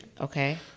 Okay